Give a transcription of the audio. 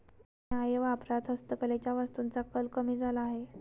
न्याय्य व्यापारात हस्तकलेच्या वस्तूंचा कल कमी झाला आहे